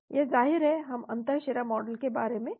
यह जाहिर है हम अंतःशिरा मॉडल के बारे में बात कर रहे हैं